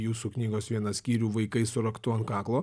jūsų knygos vieną skyrių vaikai su raktu ant kaklo